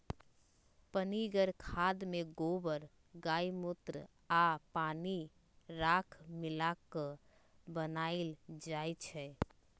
पनीगर खाद में गोबर गायमुत्र आ पानी राख मिला क बनाएल जाइ छइ